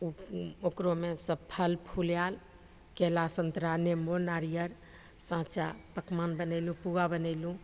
ओकरोमे सब फल फूल आएल केला सन्तरा नेबो नारिअर साँचा पकवान बनेलहुँ पुआ बनेलहुँ